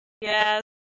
Yes